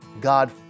God